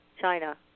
China